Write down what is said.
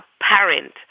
apparent